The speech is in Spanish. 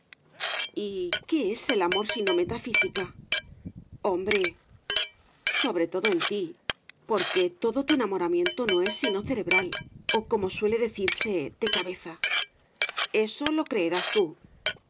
que es el amor sino metafísica hombre sobre todo en ti porque todo tu enamoramiento no es sino cerebral o como suele decirse de cabeza eso lo creerás tú